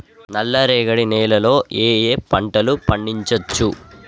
నల్లరేగడి నేల లో ఏ ఏ పంట లు పండించచ్చు?